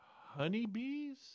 honeybees